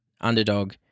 underdog